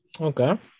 Okay